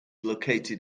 located